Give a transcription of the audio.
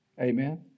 Amen